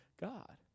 God